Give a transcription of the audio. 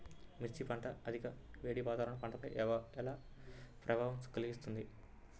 మిర్చి పంట అధిక వేడి వాతావరణం పంటపై ఏ ప్రభావం కలిగిస్తుంది?